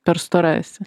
per stora esi